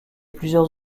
plusieurs